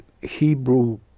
Hebrew